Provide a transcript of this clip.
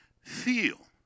feel